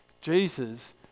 Jesus